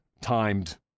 timed